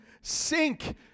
sink